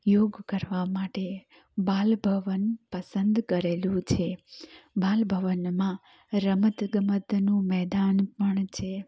યોગ કરવા માટે બાલભવન પસંદ કરેલું છે બાલભવનમાં રમત ગમતનું મેદાન પણ છે